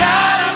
God